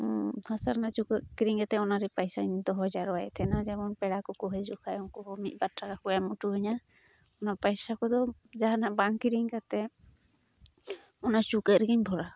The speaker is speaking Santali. ᱦᱟᱥᱟ ᱨᱮᱱᱟᱜ ᱪᱩᱠᱟᱹᱜ ᱠᱤᱨᱤᱧ ᱠᱟᱛᱮᱫ ᱚᱱᱟᱨᱮ ᱯᱟᱭᱥᱟᱧ ᱫᱚᱦᱚ ᱡᱟᱨᱣᱟᱭᱮᱫ ᱛᱮᱦᱮᱱᱟ ᱡᱮᱢᱚᱱ ᱯᱮᱲᱟ ᱠᱚᱠᱚ ᱦᱤᱡᱩᱜᱼᱟ ᱠᱷᱟᱱ ᱩᱱᱠᱩ ᱦᱚᱸ ᱢᱤᱫᱵᱟᱨ ᱴᱟᱠᱟ ᱠᱚ ᱮᱢᱚᱴᱚᱣᱟᱹᱧᱟᱹ ᱚᱱᱟ ᱯᱟᱭᱥᱟ ᱠᱚᱫᱚ ᱡᱟᱦᱟᱱᱟᱜ ᱵᱟᱝ ᱠᱤᱨᱤᱧ ᱠᱟᱛᱮᱫ ᱚᱱᱟ ᱪᱩᱠᱟᱹᱜ ᱨᱮᱜᱮᱧ ᱵᱷᱚᱨᱟᱣᱠᱟᱜᱼᱟ